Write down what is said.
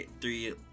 three